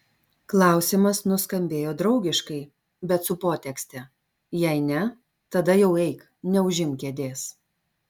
klausimas nuskambėjo draugiškai bet su potekste jei ne tada jau eik neužimk kėdės